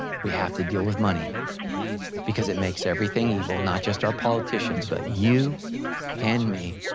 we have to deal with money because it makes everything evil not just our politicians, but you and me.